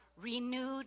renewed